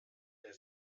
der